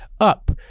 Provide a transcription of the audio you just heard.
up